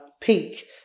peak